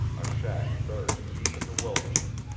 a shack buried deep in the wilderness,